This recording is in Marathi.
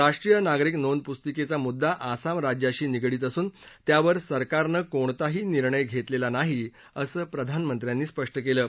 राष्ट्रीय नागरिक नोंद पुस्तिकळी मुद्दा आसाम राज्याशी निगडीत असून त्यावर सरकारन कोणताही निर्णय घसलिली नाही असं प्रधानमंत्र्यांनी स्पष्ट कलि